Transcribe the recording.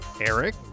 Eric